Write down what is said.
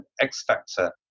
x-factor